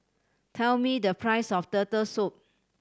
tell me the price of Turtle Soup